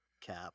cap